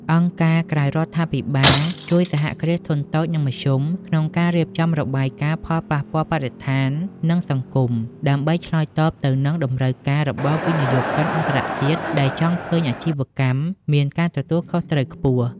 អង្គការក្រៅរដ្ឋាភិបាលជួយ សហគ្រាសធុនតូច និងមធ្យម ក្នុងការរៀបចំរបាយការណ៍ផលប៉ះពាល់បរិស្ថាន និងសង្គម ដើម្បីឆ្លើយតបទៅនឹងតម្រូវការរបស់វិនិយោគិនអន្តរជាតិដែលចង់ឃើញអាជីវកម្មមានការទទួលខុសត្រូវខ្ពស់។